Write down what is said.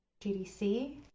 GDC